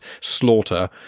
slaughter